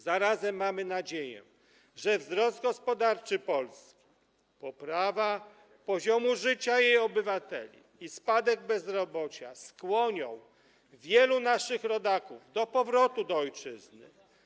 Zarazem mamy nadzieję, że wzrost gospodarczy Polski, poprawa poziomu życia jej obywateli i spadek bezrobocia skłonią wielu naszych rodaków do powrotu do ojczyzny.